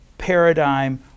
paradigm